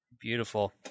beautiful